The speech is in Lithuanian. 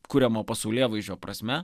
kuriamo pasaulėvaizdžio prasme